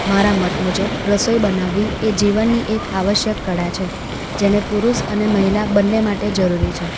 મારા મત મુજબ રસોઈ બનાવવી એ જીવનની એક આવશ્યક કળા છે જેને પુરુષ અને મહિલા બંને માટે જરૂરી છે